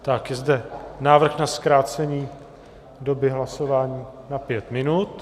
Je zde návrh na zkrácení doby hlasování na pět minut.